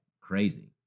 crazy